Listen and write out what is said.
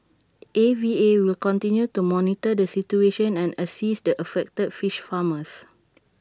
A V A will continue to monitor the situation and assist the affected fish farmers